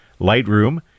Lightroom